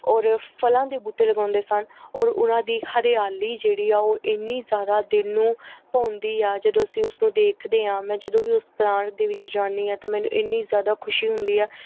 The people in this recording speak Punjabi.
ਔਰ ਫਲਾਂ ਦੇ ਬੂਟੇ ਲਗਾਉਂਦੇ ਸਨ ਔਰ ਉਹਨਾਂ ਦੀ ਹਰਿਆਲੀ ਜਿਹੜੀ ਆ ਉਹ ਇੰਨੀ ਜ਼ਿਆਦਾ ਦਿਲ ਨੂੰ ਭਾਉਂਦੀ ਆ ਜਦੋਂ ਅਸੀਂ ਉਸਨੂੰ ਦੇਖਦੇ ਹਾਂ ਮੈਂ ਜਦੋਂ ਵੀ ਉਸ ਪਲਾਂਟ ਦੇ ਵਿੱਚ ਜਾਂਦੀ ਹਾਂ ਤਾਂ ਮੈਨੂੰ ਇੰਨੀ ਜ਼ਿਆਦਾ ਖੁਸ਼ੀ ਹੁੰਦੀ ਆ